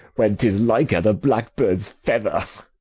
when tis liker the blackbird's feather?